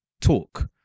talk